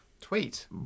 Tweet